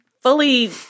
fully